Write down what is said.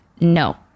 no